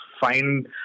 find